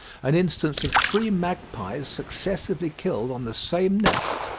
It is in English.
an instance of three magpies successively killed on the same nest,